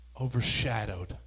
overshadowed